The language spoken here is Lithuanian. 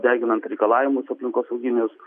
deginant reikalavimus aplinkosauginius